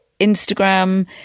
instagram